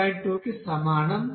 2 కి సమానం